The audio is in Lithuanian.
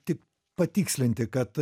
tik patikslinti kad